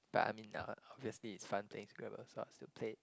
but I'm in the obviously it's fun playing scrabble so I'll still play it